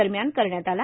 दरम्यान करण्यात आला